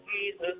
Jesus